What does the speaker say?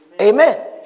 Amen